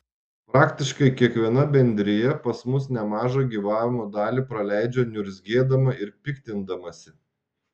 praktiškai kiekviena bendrija pas mus nemažą gyvavimo dalį praleidžia niurzgėdama ir piktindamasi